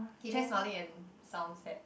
okay try smiling and sound sad